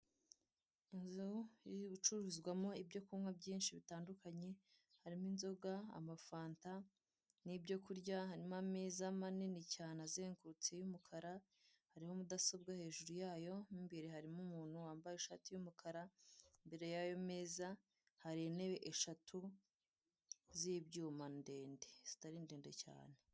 Inzu icururizwamo ibyo kunywa byinshi bitandukanye harimo inzoga amafana nibyo kurya harimo amaza manini cyane azengurutse yumukara harimo mudasobwa hejuruyayo mo imbere harimo umuntu wambaye ishati yu umukara imbere yayo meza hari intebe eshatu zibyuma ndende zitari ndende cyane.